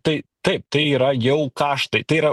tai taip tai yra jau kaštai tai yra